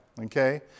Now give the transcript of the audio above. okay